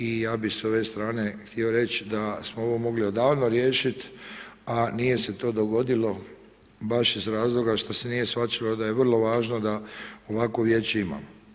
I ja bih s ove strane htio reći da smo ovo mogli odavno riješit, a nije se to dogodilo baš iz razloga što se nije shvaćalo da je vrlo važno da ovakvo Vijeće imamo.